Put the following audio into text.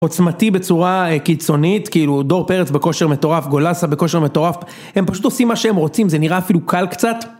עוצמתי בצורה קיצונית, כאילו דור פרץ בכושר מטורף, גולסה בכושר מטורף, הם פשוט עושים מה שהם רוצים, זה נראה אפילו קל קצת.